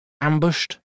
Ambushed